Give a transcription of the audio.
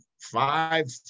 five